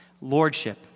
lordship